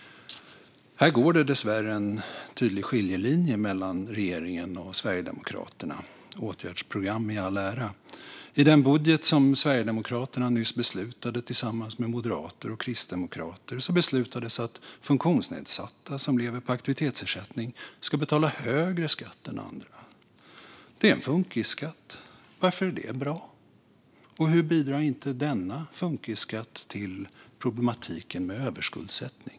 Här går dessvärre en tydlig skiljelinje mellan regeringen och Sverigedemokraterna. Åtgärdsprogram i all ära, men i den budget som Sverigedemokraterna nyss beslutade om tillsammans med moderater och kristdemokrater beslutades att funktionsnedsatta som lever på aktivitetsersättning ska betala högre skatt än andra. Det är en funkisskatt. Varför är det bra? Och hur bidrar inte denna funkisskatt till problematiken med överskuldsättning?